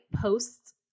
posts